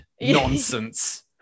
Nonsense